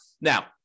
Now